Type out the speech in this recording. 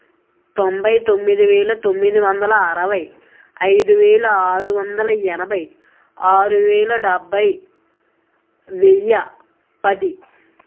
తొంభై తొమ్మిది వేల తొమ్మిది వందల అరవై ఐదు వేల ఆరు వందల ఎనభై ఆరు వేల డబ్భై వెయ్యి పది